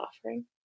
offering